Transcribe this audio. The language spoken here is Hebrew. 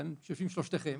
כאן יושבים שלושתכם